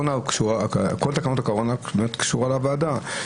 כל תקנות הקורונה באמת קשורות לוועדה,